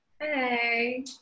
Hey